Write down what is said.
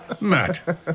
Matt